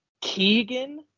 Keegan